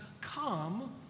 come